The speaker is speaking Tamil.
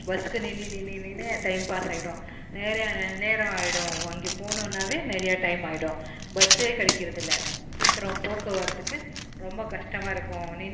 பஸ்ஸுக்கு நின்று நின்று நின்று டைம் பாஸ் ஆகிடும் நிறையா நேரம் ஆகிடும் அங்கே போகணுன்னாவே நிறைய டைம் ஆயிடும் பஸ்ஸே கிடைக்கிறது இல்லை சீக்கிரம் போக்குவரத்துக்கு ரொம்ப கஷ்டமாக இருக்கும் நின்று